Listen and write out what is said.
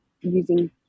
using